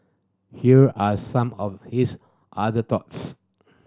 here are some of his other thoughts